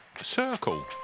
circle